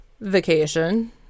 vacation